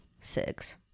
six